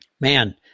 man